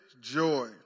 joy